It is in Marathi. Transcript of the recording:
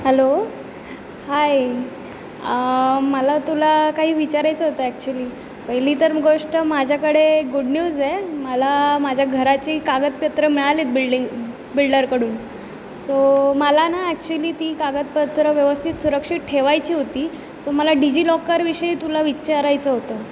हॅलो हाय मला तुला काही विचारायचं होतं ॲक्च्युली पहिली तर गोष्ट माझ्याकडे गुड न्यूज आहे मला माझ्या घराचे कागदपत्रं मिळालेत बिल्डिंग बिल्डरकडून सो मला ना ॲक्च्युअली ती कागदपत्रं व्यवस्थित सुरक्षित ठेवायची होती सो मला डीजीलॉकरविषयी तुला विचारायचं होतं